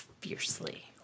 fiercely